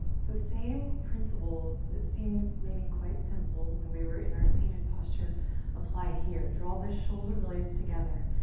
so same principles that seemed maybe quite simple when we were in our seated posture apply here. draw the shoulder blades together.